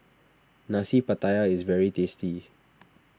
Nasi Pattaya is very tasty